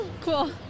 Cool